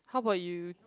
how bout you